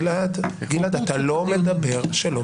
גלעד, אתה לא מדבר כשלא תורך.